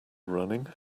running